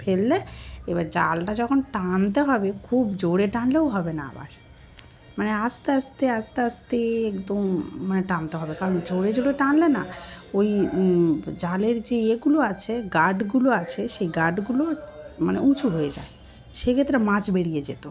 ফেললে এবার জালটা যখন টানতে হবে খুব জোরে টানলেও হবে না আবার মানে আস্তে আস্তে আস্তে আস্তে একদম মানে টানতে হবে কারণ জোরে জোরে টানলে না ওই জালের যে ইয়েগুলো আছে গাডগুলো আছে সেই গাডগুলো মানে উঁচু হয়ে যায় সেক্ষেত্রে মাছ বেরিয়ে যেত